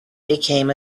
became